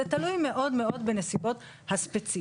זה תלוי מאוד בנסיבות הספציפיות.